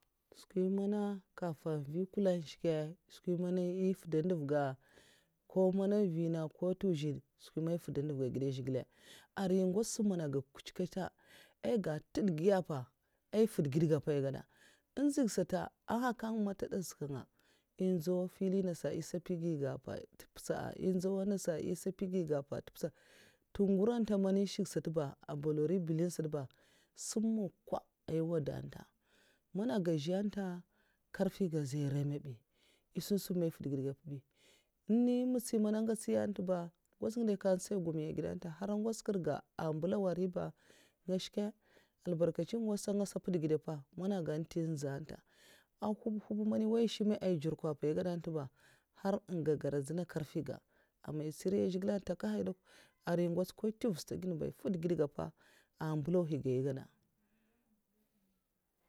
Skwi man nkafaw mvhi nkula skwi man èh fuda ndav ga ko mana vina ko a ntuzed, skwi man eh fwuda ndav ga a gèd zhigilè arai ngoz sa mana gag' kuchkata aiga nted giya mpa, ai nfèd gid ga mpa ai gada èn nziga sata un nhakai mun ntè dazkan nga sata èh nzau fili nasa eh sa pyi gi ga pa tè mpètsa, en nasa eh sa pyi gi ga pa tè mpètsa, nto ngurah ntè man shkè sata ba tè bolori balau sam makwa nkwa ai nwarda n'ta mana gag'ga zhè n'ta karfi ga zhè airama bi èh shun sunmai è nfyi gid ga mpi ni matsin an nga ngèts nya nte ba ngwoz ngidè kyakya n tsay gumiya gid ntè hara ngwoz kèr ga n mbèlawa nga nri ba nga shke albarka'chin ngwoz sa an nga sa pid gèdè pa agaga ntè èh nzèh tè ahub ahub man nwoy eh shima èh djurka mpa eh gada nte ba nhar en gagaradzina karfiga, a man eh ntsiri zhigile n'ntakahaya de kwa arai ngwots ko nteva stad ginne ba a fwuda gedga mpa ah mbèlaw'higa ai gyada'.